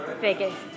biggest